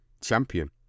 champion